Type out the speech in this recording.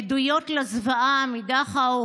עדויות לזוועה מדכאו,